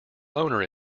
owner